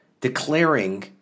declaring